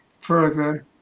further